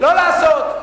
לא לעשות.